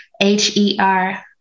h-e-r